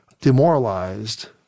demoralized